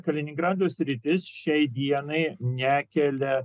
kaliningrado sritis šiai dienai nekelia